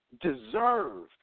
deserve